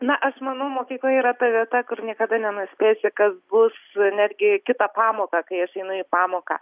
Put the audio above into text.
na aš manau mokykla yra ta vieta kur niekada nenuspėsi kas bus netgi kitą pamoką kai aš einu į pamoką